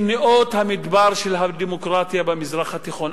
נאות המדבר של הדמוקרטיה במזרח התיכון.